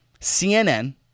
CNN